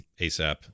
ASAP